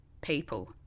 people